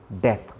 death